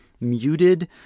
muted